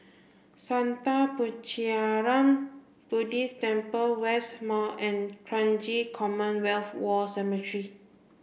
Sattha Puchaniyaram Buddhist Temple West Mall and Kranji Commonwealth War Cemetery